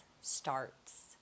starts